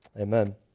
amen